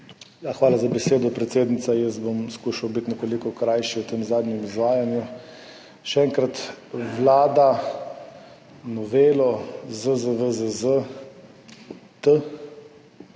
Hvala za besedo, predsednica. Skušal bom biti nekoliko krajši v tem zadnjem izvajanju. Še enkrat, Vlada novelo ZZVZZ-T